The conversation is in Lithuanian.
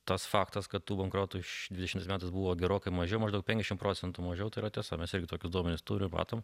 tas faktas kad tų bankrotų iš dvidešimtais metais buvo gerokai mažiau maždaug penkiasdešimt procentų mažiau tai yra tiesa mes irgi tokius duomenis turim matom